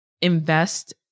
invest